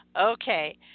Okay